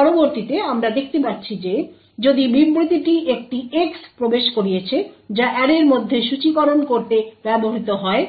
পরবর্তীতে আমরা দেখতে পাচ্ছি যে যদি বিবৃতিটি একটি X প্রবেশ করিয়েছে যা অ্যারের মধ্যে সূচীকরণ করতে ব্যবহৃত হয়